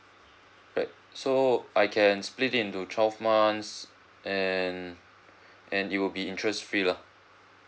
right so I can split it into twelve months and and it will be interest free lah